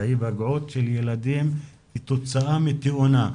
להיפגעות של ילדים כתוצאה מתאונה,